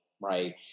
right